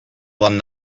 one